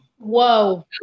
Whoa